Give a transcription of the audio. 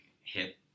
hip